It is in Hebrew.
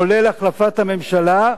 כולל החלפת הממשלה,